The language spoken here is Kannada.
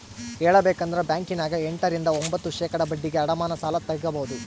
ಹೇಳಬೇಕಂದ್ರ ಬ್ಯಾಂಕಿನ್ಯಗ ಎಂಟ ರಿಂದ ಒಂಭತ್ತು ಶೇಖಡಾ ಬಡ್ಡಿಗೆ ಅಡಮಾನ ಸಾಲ ತಗಬೊದು